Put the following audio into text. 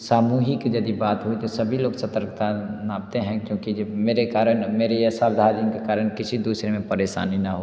सामूहिक यदि बात हुई तो सभी लोग सतर्कता नापते हैं क्योंकि जो मेरे कारण मेरी असावधानी के कारण किसी दूसरे में परेशानी ना हो